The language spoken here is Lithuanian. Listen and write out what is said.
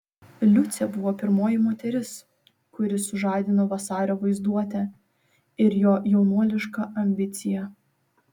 liucė buvo pirmoji moteris kuri sužadino vasario vaizduotę ir jo jaunuolišką ambiciją